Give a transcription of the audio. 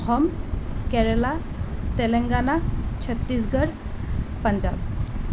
Assam Kerala Telangana Chhattisgarh Punjab